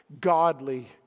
godly